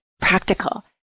practical